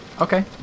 Okay